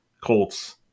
Colts